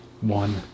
one